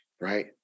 right